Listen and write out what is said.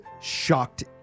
shocked